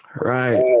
Right